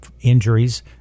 injuries